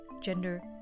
gender